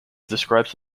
describes